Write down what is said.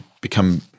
become